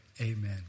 Amen